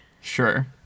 Sure